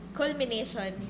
culmination